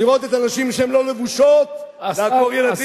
לראות את הנשים שהן לא לבושות, זה מותר.